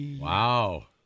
Wow